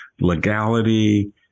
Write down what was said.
legality